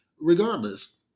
Regardless